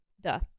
duh